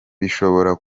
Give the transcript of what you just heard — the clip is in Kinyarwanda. bishobora